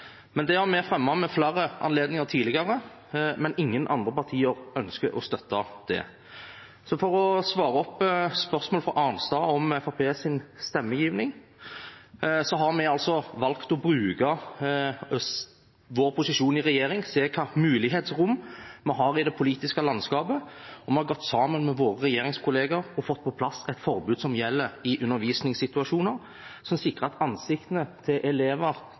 har fremmet det ved flere anledninger tidligere, men ingen andre partier ønsker å støtte det. For å svare på spørsmål fra Marit Arnstad om Fremskrittspartiets stemmegivning: Vi har valgt å bruke vår posisjon i regjering, se hvilket mulighetsrom vi har i det politiske landskapet, og vi har gått sammen med våre regjeringskolleger og fått på plass et forbud som gjelder i undervisningssituasjoner, som sikrer at ansiktene til elever,